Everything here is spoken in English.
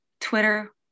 Twitter